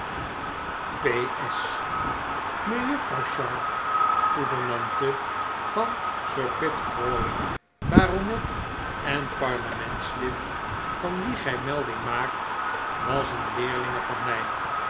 s mejuffrouw sharp gouvernante van sir pitt crawley baronet en parlementslid van wie gij melding maakt was een leerlinge van mij